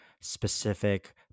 specific